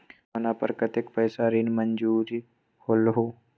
सोना पर कतेक पैसा ऋण मंजूर होलहु?